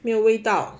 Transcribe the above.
没有味道